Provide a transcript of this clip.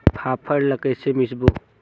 फाफण ला कइसे मिसबो?